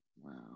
Wow